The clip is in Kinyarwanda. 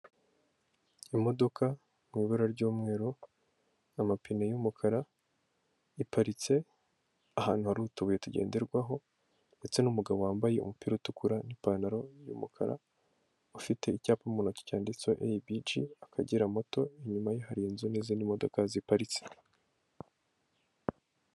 Imodoka mu ibara ry'umweru, amapine y'umukara iparitse ahantu hari utubuye tugenderwaho, ndetse n'umugabo wambaye umupira utukura n'ipantaro y'umukara, ufite icyapa mu ntoki cyanditse eyibiji Akagera moto, inyuma ye hari inzu n'izindi modoka ziparitse.